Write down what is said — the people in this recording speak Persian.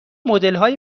مدلهای